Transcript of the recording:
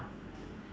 ya